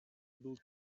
able